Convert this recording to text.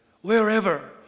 wherever